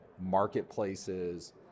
marketplaces